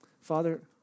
Father